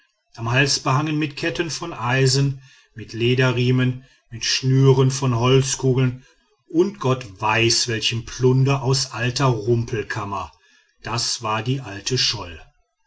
am hals behangen mit ketten von eisen mit lederriemen mit schnüren von holzkugeln und gott weiß welchem plunder aus alter rumpelkammer das war die alte schol